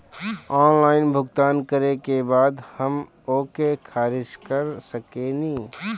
Online भुगतान करे के बाद हम ओके खारिज कर सकेनि?